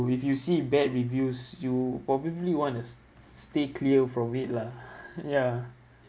if you see bad reviews you probably want to s~ stay clear from it lah ya